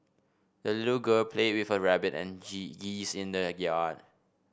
the little girl played with her rabbit and geese in the yard